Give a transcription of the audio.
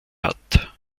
hat